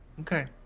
okay